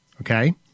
Okay